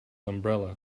umbrella